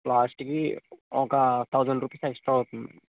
లాస్ట్కి ఒక thousand rupees extra అవుతుంది